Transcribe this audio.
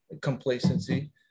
complacency